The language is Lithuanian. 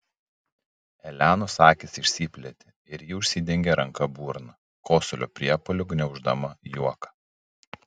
elenos akys išsiplėtė ir ji užsidengė ranka burną kosulio priepuoliu gniauždama juoką